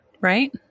Right